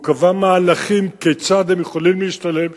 הוא קבע מהלכים כיצד הם יכולים להשתלב,